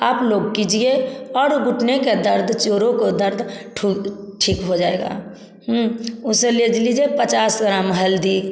आप लोग कीजिए और घुटने का दर्द जोड़ों का दर्द ठी ठीक हो जाएगा उसे ले लीजिए पचास ग्राम हल्दी